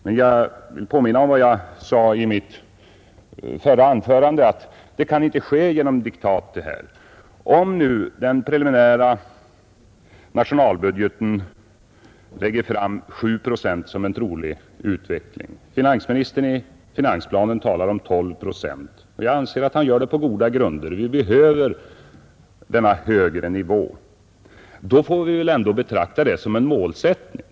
Men jag vill påminna om vad jag sade i mitt förra anförande, nämligen att utvecklingen inte kan påverkas genom diktat. Om man nu i den preliminära nationalbudgeten nämner 7 procent såsom en trolig utveckling och finansministern i finansplanen talar om 12 procent — jag anser att han gör det på goda grunder, ty vi behöver denna framstegsnivå — får vi väl ändå betrakta detta såsom en målsättning.